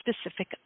specific